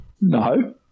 No